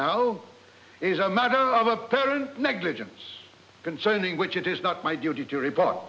is a matter of apparent negligence concerning which it is not my duty to report